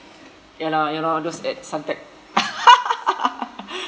ya lah ya lah those at suntec